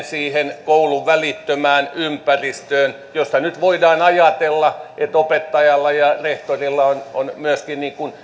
siihen koulun välittömään ympäristöön ja voidaan ajatella että siellä opettajalla ja rehtorilla on myöskin